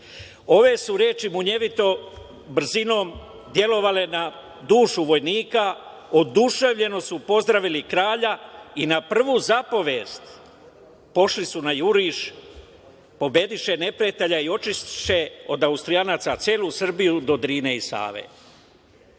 su reči munjevitom brzinom delovale na dušu vojnika, oduševljeno su pozdravili kralja i na prvu zapovest pošli su na juriš, pobediše neprijatelja i očistiše od Austrijanaca celu Srbiju do Drine i